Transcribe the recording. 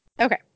Okay